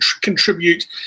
contribute